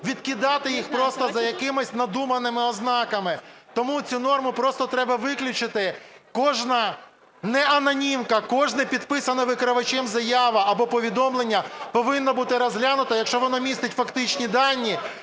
відкидати їх просто за якимись надуманими ознаками. Тому цю норму просто треба виключити. Кожна не анонімка, кожна підписана викривачем заява або повідомлення повинно бути розглянуто, якщо воно містить фактичні дані,